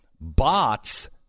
Bots